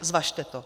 Zvažte to.